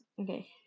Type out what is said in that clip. Okay